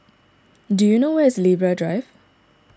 do you know where is Libra Drive